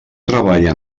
treballa